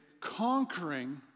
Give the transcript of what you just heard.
conquering